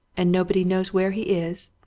and nobody knows where he is,